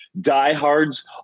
Diehards